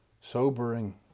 sobering